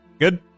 Good